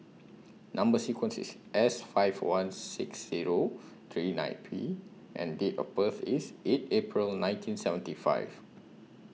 Number sequence IS S five one six Zero three nine P and Date of birth IS eight April nineteen seventy five